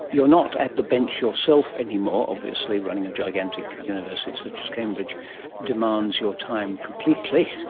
you're not at the bench yourself anymore, obviously running a gigantic university such as cambridge demands your time completely.